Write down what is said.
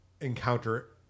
encounter